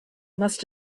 must